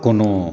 कोनो